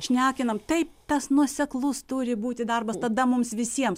šnekinam taip tas nuoseklus turi būti darbas tada mums visiems